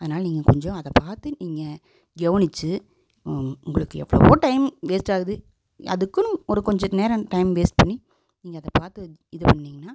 அதனால நீங்கள் கொஞ்சம் அதை பார்த்து நீங்கள் கவுனிச்சி உங்களுக்கு எவ்வளவோ டைம் வேஸ்ட்டாகுது அதுக்குனு ஒரு கொஞ்ச நேரம் டைம் வேஸ்ட் பண்ணி நீங்கள் அதை பார்த்து இது பண்ணிங்கன்னா